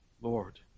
Lord